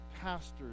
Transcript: pastors